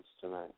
tonight